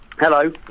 Hello